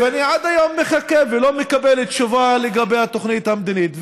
ואני עד היום מחכה ולא מקבל תשובה לגבי התוכנית המדינית.